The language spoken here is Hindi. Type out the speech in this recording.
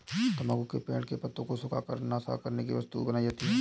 तम्बाकू के पेड़ पत्तों को सुखा कर नशा करने की वस्तु बनाई जाती है